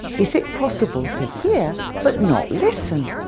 is it possible to hear but not listen?